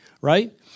right